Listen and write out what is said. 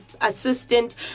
assistant